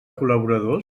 col·laboradors